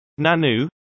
Nanu